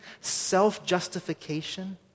self-justification